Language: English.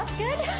good!